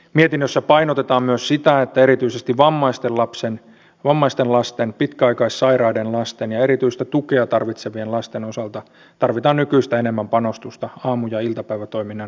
mietinnössä painotetaan myös sitä että erityisesti vammaisten lasten pitkäaikaissairaiden lasten ja erityistä tukea tarvitsevien lasten osalta tarvitaan nykyistä enemmän panostusta aamu ja iltapäivätoiminnan järjestelyihin